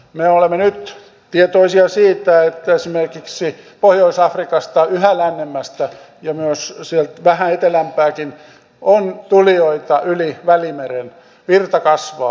me olemme nyt tietoisia siitä että esimerkiksi pohjois afrikasta yhä lännemmästä ja myös sieltä vähän etelämpääkin on tulijoita yli välimeren virta kasvaa